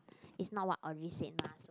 it's not what Audrey said mah so